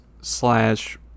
Slash